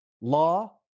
Law